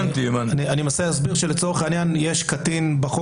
אני מנסה להסביר שלצורך העניין יש בחוק